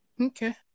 Okay